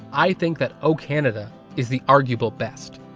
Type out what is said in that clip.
i think that o canada is the arguable best,